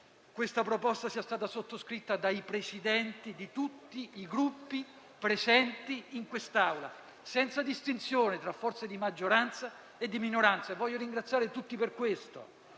questa proposta sia stata sottoscritta dai Presidenti di tutti i Gruppi presenti in quest'Aula, senza distinzione tra forze di maggioranza e di minoranza. E voglio ringraziare tutti i colleghi,